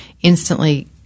instantly